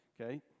okay